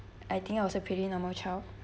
I think I was a pretty normal child